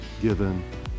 given